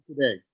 today